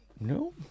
no